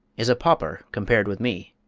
is a pauper compared with me!